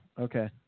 okay